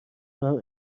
بهم